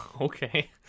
Okay